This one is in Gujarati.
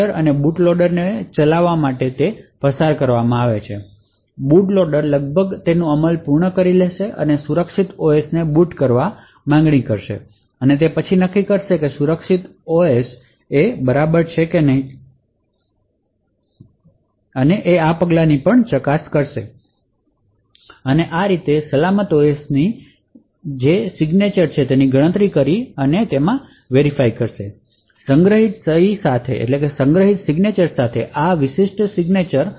બૂટ લોડર જ્યારે લગભગ તેનો અમલ પૂર્ણ કરી લેશે અને સુરક્ષિત ઓએસને બુટ કરવા માંગશે ત્યારે તે પ્રથમ નક્કી કરશે કે સુરક્ષિત ઓએસની સહી યોગ્ય છે કે નહીં તે આ ફૂટ પ્રિન્ટની તપાસ કરી અથવા સલામત ઓએસની સહી જે ફ્લેશમાં છે તેની ગણતરી કરીને કરી શકે